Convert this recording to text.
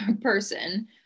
person